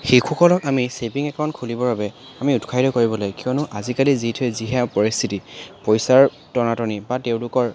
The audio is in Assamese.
শিশুসকলক আমি ছেভিং একাউণ্ট খুলিবৰ বাবে আমি উৎসাহিত কৰিব লাগে কিয়নো আজিকালি যিটোহে যিহে পৰিস্থিতি পইচাৰ টনাটনি বা তেওঁলোকৰ